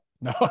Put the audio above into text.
No